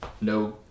no